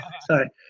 Sorry